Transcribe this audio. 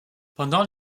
pendant